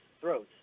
throats